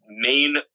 main